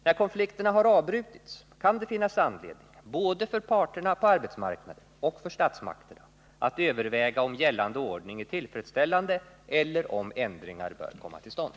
När konflikterna har avbrutits kan det finnas anledning både för parterna på arbetsmarknaden och för statsmakterna att överväga om gällande ordning är tillfredsställande eller om ändringar bör komma till stånd.